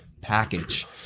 package